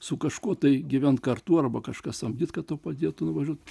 su kažkuo tai gyvent kartu arba kažką samdyt kad tau padėtų nuvažiuot